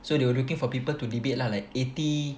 so they were looking for people to debate lah like eighty